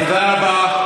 תודה רבה.